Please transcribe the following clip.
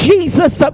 Jesus